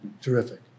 terrific